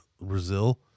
Brazil